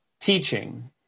teaching